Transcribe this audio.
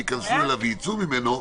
ייכנסו אליו וייצאו ממנו,